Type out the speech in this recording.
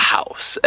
House